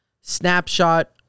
Snapshot